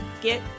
get